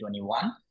2021